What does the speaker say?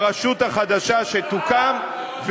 ברשות החדשה שתוקם,